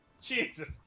Jesus